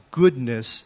goodness